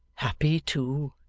happy too.